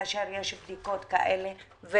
כאשר יש בדיקות כאלה,